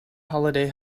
holiday